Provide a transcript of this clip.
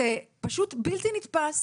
זה פשוט בלתי נתפס.